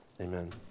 Amen